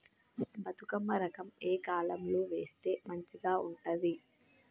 బతుకమ్మ రకం ఏ కాలం లో వేస్తే మంచిగా ఉంటది?